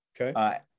Okay